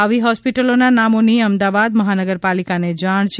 આવી હોસ્પિટલોના નામોની અમદાવાદ મહાનગરપાલિકાને જાણ છે